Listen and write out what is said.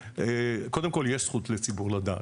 קודם כל, יש זכות לציבור לדעת.